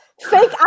fake